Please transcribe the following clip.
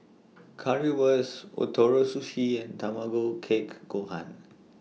Currywurst Ootoro Sushi and Tamago Kake Gohan